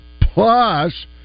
plus